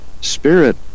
spirit